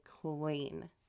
queen